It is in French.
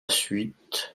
suite